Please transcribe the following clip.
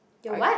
your what